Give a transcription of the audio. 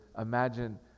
imagine